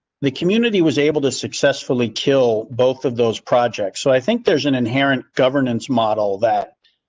the community was able to successfully kill both of those projects. so i think there's an inherent governance model that.